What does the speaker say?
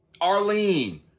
Arlene